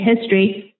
history